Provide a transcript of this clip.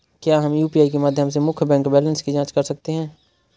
क्या हम यू.पी.आई के माध्यम से मुख्य बैंक बैलेंस की जाँच कर सकते हैं?